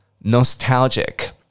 nostalgic